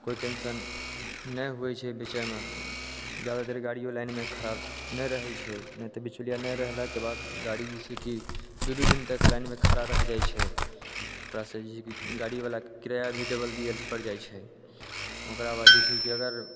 कोइ टेन्शन नहि होइ छै बेचैमे ज्यादा देर गाड़िओ लाइनमे खड़ा नहि रहै छै नहि तऽ बिचौलिया नहि रहलाके बाद गाड़ी जे छै की दू दू दिन तक लाइनमे खड़ा रहि जाइ छै ओकरा सँ जे छै की गाड़ी वला के किराया भी डबल दियै पर जाइ छै ओकराबाद जे छै की अगर